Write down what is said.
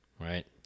Right